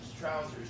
trousers